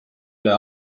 üle